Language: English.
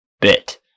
bit